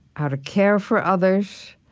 how to care for others.